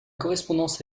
correspondance